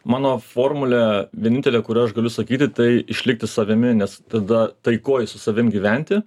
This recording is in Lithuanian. mano formulė vienintelė kurią aš galiu sakyti tai išlikti savimi nes tada taikoj su savim gyventi